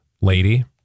lady